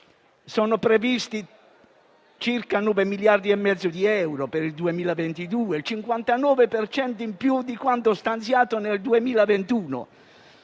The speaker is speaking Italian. Sono previsti circa 9 miliardi e mezzo di euro per il 2022, il 59 per cento in più di quanto stanziato nel 2021.